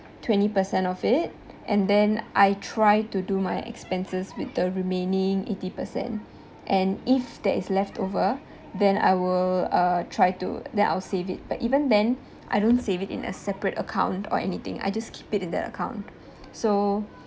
twenty percent of it and then I try to do my expenses with the remaining eighty percent and if there is leftover then I will uh try to then I'll save it but even then I don't save it in a separate account or anything I just keep it in that account so